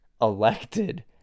elected